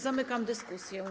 Zamykam dyskusję.